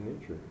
nature